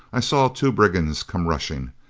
i saw two brigands come rushing.